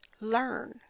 learn